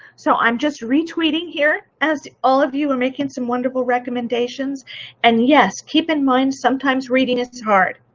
so i'm just re-tweeting here as all of you are making some wonderful recommendations and yes keep in mind, sometimes reading is hard.